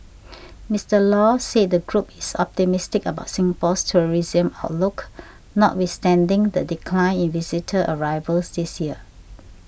Mister Law said the group is optimistic about Singapore's tourism outlook notwithstanding the decline in visitor arrivals this year